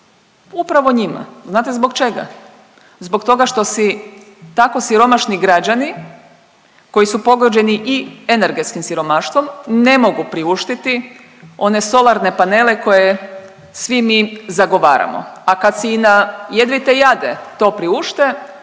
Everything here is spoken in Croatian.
upravo njima. Znate zbog čega? Zbog toga što si tako siromašni građani koji su pogođeni i energetskim siromaštvom ne mogu priuštiti one solarne panele koje svi mi zagovaramo, a kad si i na jedvite jade to priušte